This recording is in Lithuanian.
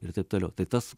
ir taip toliau tai tas